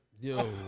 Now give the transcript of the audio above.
Yo